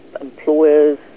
employers